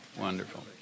Wonderful